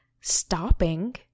stopping